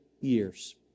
years